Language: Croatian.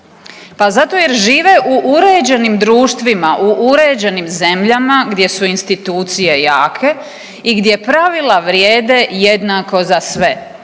Pa zato jer žive u uređenim društvima, u uređenim zemljama gdje su institucije jake i gdje pravila vrijede jednako za sve.